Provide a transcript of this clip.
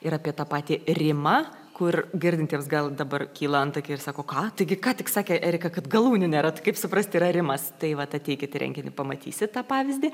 ir apie tą patį rimą kur girdintiems gal dabar kyla antakiai ir sako ką gi ką tik sakė erika kad galūnių nėra tai kaip suprasti yra rimas tai vat ateikit į renginį pamatysit tą pavyzdį